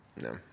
no